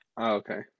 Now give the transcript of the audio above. okay